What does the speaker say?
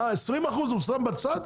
20% הוא שם בצד?